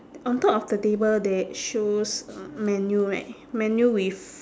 on top of the table that shows a menu right menu with